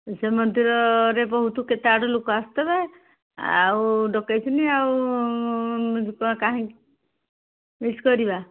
ସେ ମନ୍ଦିରରେ ବହୁତ କେତେ ଆଡ଼ ଲୋକ ଆସିଥବେ ଆଉ ଡକେଇଛନ୍ତି ଆଉ କାହିଁକି ମିସ୍ କରିବା